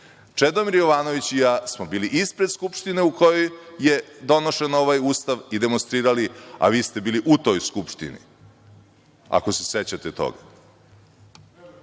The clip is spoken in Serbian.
Čedomir Jovanović i ja smo bili ispred Skupštine u kojoj je donošen ovaj Ustav i demonstrirali, a vi ste bili u toj Skupštini, ako se sećate